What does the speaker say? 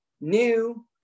new